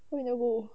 why you never go